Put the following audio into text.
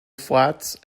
flats